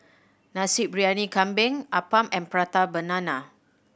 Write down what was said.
Nasi Briyani Kambing appam and Prata Banana